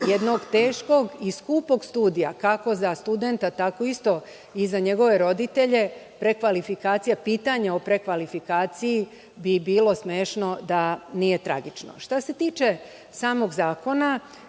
jednog teškog i skupog studija, kako za studenta, tako isto i za njegove roditelje, pitanje o prekvalifikaciji bi bilo smešno da nije tragično. Što se tiče samog zakona,